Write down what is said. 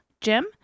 Jim